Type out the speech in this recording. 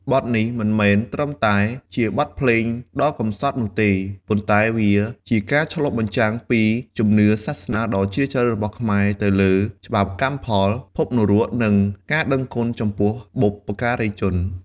បទនេះមិនមែនត្រឹមតែជាបទភ្លេងដ៏កម្សត់នោះទេ ប៉ុន្តែវាជាការឆ្លុះបញ្ចាំងពីជំនឿសាសនាដ៏ជ្រាលជ្រៅរបស់ខ្មែរទៅលើ ច្បាប់កម្មផល ភពនរក និងការដឹងគុណចំពោះបុព្វការីជន។